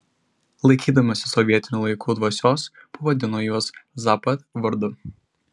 laikydamasi sovietinių laikų dvasios pavadino juos zapad vardu